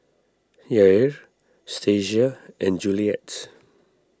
Yair Stasia and Juliet